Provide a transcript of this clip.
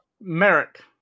Merrick